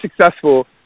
successful